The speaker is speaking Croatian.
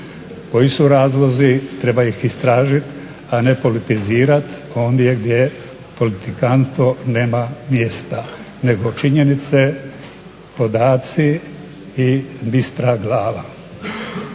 Koji su razlozi? Treba ih istražiti, a ne politizirati ondje gdje politikantstvu nema mjesta nego činjenice, podaci i bistra glava.